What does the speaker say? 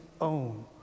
own